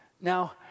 Now